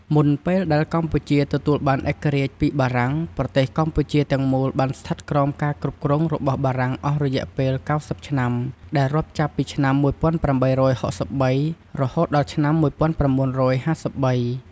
មុនពេលដែលកម្ពុជាទទួលបានឯករាជ្យពីបារាំង ប្រទេសកម្ពុជាទាំងមូលបានស្ថិតក្រោមការគ្រប់គ្រងរបស់បារាំងអស់រយៈពេល ៩០ឆ្នាំ ដែលរាប់ចាប់ពីឆ្នាំ ១៨៦៣ រហូតដល់ឆ្នាំ ១៩៥៣ ។